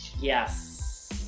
Yes